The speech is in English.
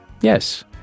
Yes